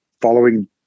following